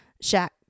shack